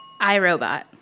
iRobot